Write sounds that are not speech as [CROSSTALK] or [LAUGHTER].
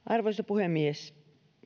[UNINTELLIGIBLE] arvoisa puhemies